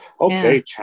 okay